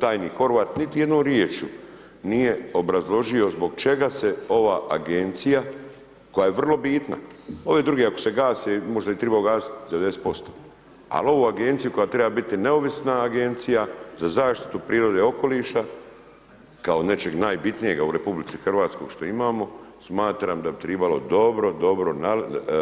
Tajnik Horvat niti jednom rječju nije obrazložio zbog čega se ova Agencija, koja je vrlo bitna, ove druge ako se gase, možda ih treba ugasiti 90%, ali ovu Agenciju koja treba biti neovisna Agencija za zaštitu prirode i okoliša, kao nečega najbitnijega u RH što imamo, smatram da bi tribalo dobro, dobro